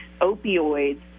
opioids